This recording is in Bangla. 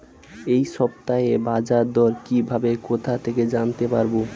এই সপ্তাহের বাজারদর কিভাবে কোথা থেকে জানতে পারবো?